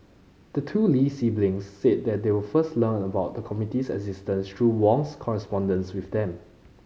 the two Lee siblings said that they were first learned about the committee's existence through Wong's correspondence with them